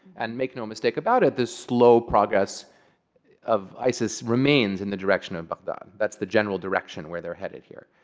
and make no mistake about it, this slow progress of isis remains in the direction of baghdad. that's the general direction where they're headed here.